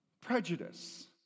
prejudice